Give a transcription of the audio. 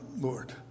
Lord